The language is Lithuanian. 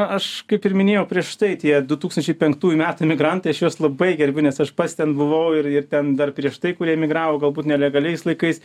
aš kaip ir minėjau prieš tai tie du tūkstančiai penktųjų metų emigrantai aš juos labai gerbiu nes aš pats ten buvau ir ir ten dar prieš tai kurie emigravo galbūt nelegaliais laikais